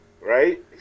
right